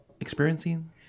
experiencing